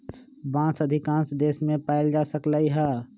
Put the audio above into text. बांस अधिकांश देश मे पाएल जा सकलई ह